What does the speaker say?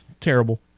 terrible